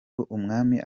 mwami